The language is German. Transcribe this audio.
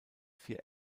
vier